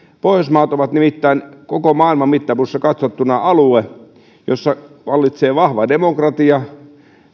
pohjoismaat ovat nimittäin koko maailman mittapuussa katsottuna alue missä vallitsee vahva demokratia